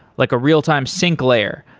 like a real-time sync layer,